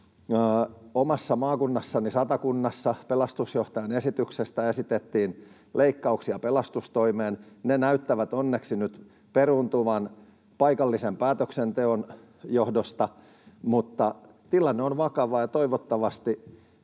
Omassa maakunnassani Satakunnassa pelastusjohtajan esityksestä esitettiin leikkauksia pelastustoimeen. Ne näyttävät onneksi nyt peruuntuvan paikallisen päätöksenteon johdosta, mutta tilanne on vakava, ja toivottavasti